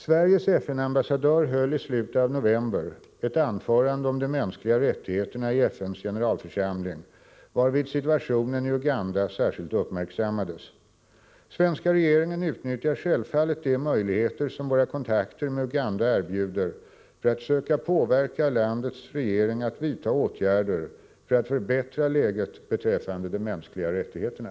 Sveriges FN-ambassadör höll i slutet av november ett anförande om de mänskliga rättigheterna i FN:s generalförsamling, varvid situationen i Uganda särskilt uppmärksammades. Svenska regeringen utnyttjar självfallet de möjligheter som våra kontakter med Uganda erbjuder för att söka påverka landets regering att vidta åtgärder för att förbättra läget beträffande de mänskliga rättigheterna.